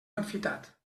enfitat